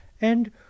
And